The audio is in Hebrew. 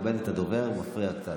לכבד את הדובר, זה מפריע קצת.